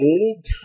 Old